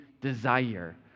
desire